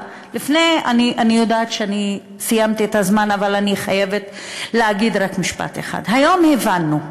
אני יודעת שסיימתי את הזמן אבל אני חייבת להגיד רק משפט אחד: היום הבנו,